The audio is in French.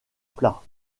plat